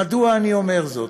מדוע אני אומר זאת?